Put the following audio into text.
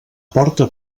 porta